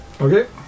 Okay